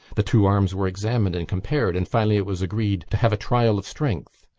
the two arms were examined and compared and finally it was agreed to have a trial of strength.